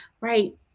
right